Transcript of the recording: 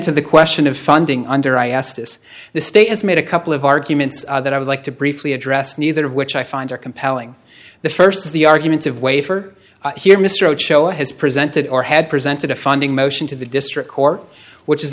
to the question of funding under i asked this the state has made a couple of arguments that i would like to briefly address neither of which i find are compelling the first of the arguments of wafer here mr roach show has presented or had presented a finding motion to the district court which is